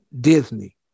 Disney